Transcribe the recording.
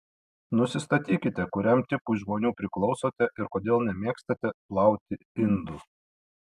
nusistatykite kuriam tipui žmonių priklausote ir kodėl nemėgstate plauti indų